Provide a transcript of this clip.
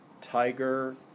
tiger